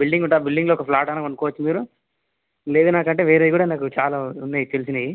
building ఉంటుంది ఆ బిల్డింగ్లో ఒక ప్లాట్ అన్న కొనుక్కోవచ్చు మీరు లేదు నాకంటే చాలా ఉన్నాయి తెలిసినవి